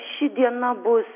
ši diena bus